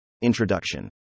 Introduction